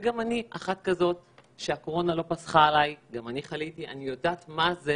גם אני חליתי בקורונה, אני יודעת מה זה